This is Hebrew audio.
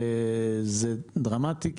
זה דרמטי.